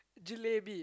jalebi